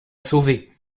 sauver